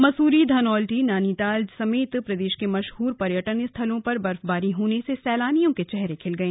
मसूरी धनौल्टी नैनीताल समेत प्रदेश के मशहूर पर्यटन स्थलों पर बर्फबारी होने से सैलानियों के चेहरे खिल गए